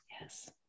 Yes